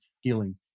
healing